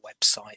website